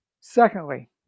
Secondly